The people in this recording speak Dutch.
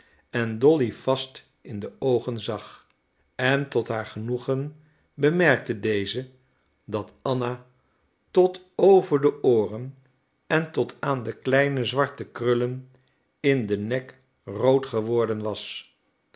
en dolly vast in de oogen zag en tot haar genoegen bemerkte deze dat anna tot over de ooren en tot aan de kleine zwarte krullen in den nek rood geworden was